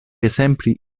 esempi